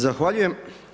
Zahvaljujem.